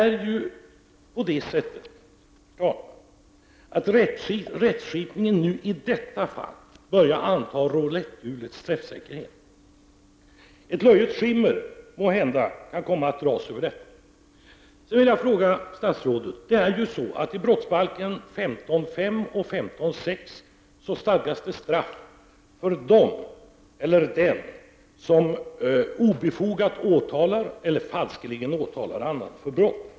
Rättsskipningen i detta fall börjar anta rouletthjulets träffsäkerhet. Ett löjets skimmer kan måhända komma att dras över detta. I brottsbalken 15 kap. 5§ stadgas straff för dem eller den som obefogat åtalar eller falskeligen åtalar någon annan för brott.